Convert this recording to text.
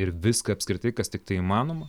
ir viską apskritai kas tiktai įmanoma